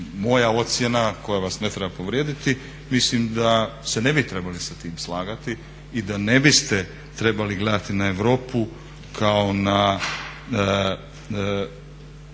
moja ocjena koja vas ne treba povrijediti, mislim da se ne bi trebali sa tim slagati i da ne biste trebali gledati na europu kao na